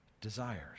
desires